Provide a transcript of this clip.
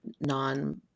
non